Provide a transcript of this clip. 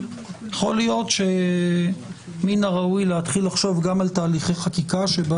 יכול להיות שמן הראוי להתחיל לחשוב גם על תהליכי חקיקה שבה